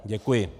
Děkuji.